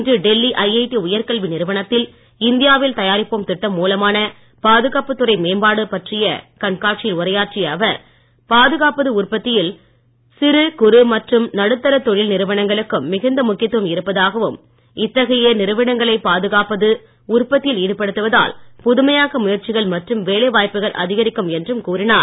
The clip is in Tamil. இன்று டெல்லி ஐஐடி உயர்கல்வி நிறுவனத்தில் இந்தியாவில் தயாரிப்போம் திட்டம் மூலமான பாதுகாப்புத் துறை மேம்பாடு என்பது பற்றிய கண்காட்சியில் உரையாற்றிய அவர் பாதுகாப்பு உற்பத்தியில் சிறு குறு மற்றும் நடுத்தரத் தொழில் நிறுவனங்களுக்கும் மிகுந்த முக்கியத்துவம் இருப்பதாகவும் இத்தகைய நிறுவனங்களை பாதுகாப்பு உற்பத்தியில் ஈடுபடுத்துவதால் புதுமையாக்க முயற்சிகள் மற்றும் வேலை வாய்ப்புகள் அதிகரிக்கும் என்றும் கூறினார்